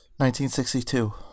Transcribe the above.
1962